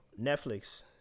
Netflix